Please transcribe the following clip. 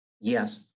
Yes